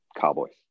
Cowboys